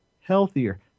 healthier